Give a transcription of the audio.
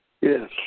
Yes